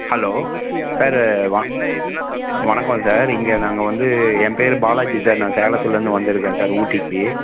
hello sir வ வணக்கம் sir இங்கே நாங்கள் வந்து என் பேர் பாலாஜி சார் நான் சேலத்துலந்து வந்து இருருக்கேன் சார் ஊட்டிக்கு